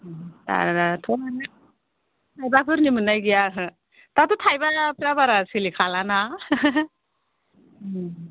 बाराथ' मानो थाइबाफोरनि मोननाय गैया ओहो दाथ' थाइबाफ्रा बारा सोलिखालाना